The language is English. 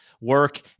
work